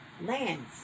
lands